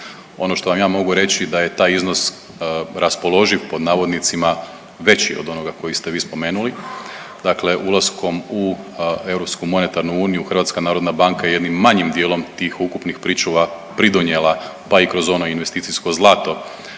Ono što vam ja mogu reći da je taj iznos raspoloživ pod navodnicima veći od onoga koji ste vi spomenuli. Dakle ulaskom u Europsku monetarnu uniju HNB-a je jednim manjim dijelom tih ukupnih pričuva pridonijela, pa i kroz ono investicijsko zlato